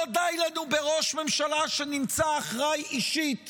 לא די לנו בראש ממשלה שנמצא אחראי אישית